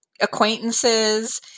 acquaintances